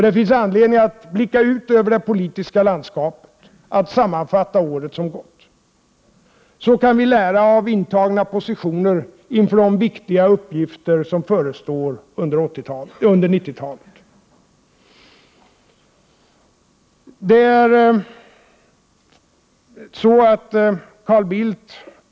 Det finns anledning att blicka ut över det politiska landskapet och att sammanfatta året som gått. Så kan vi lära av intagna positioner inför de viktiga uppgifter som förestår under 90-talet.